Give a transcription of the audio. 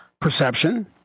perception